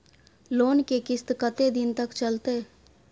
Loan के किस्त कत्ते दिन तक चलते?